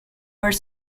were